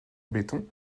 béton